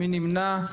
מי נמנע?